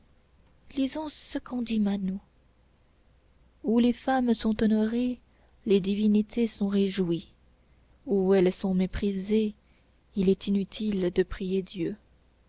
lisons ce qu'en dit manou où les femmes sont honorées les divinités sont réjouies où elles sont méprisées il est inutile de prier dieu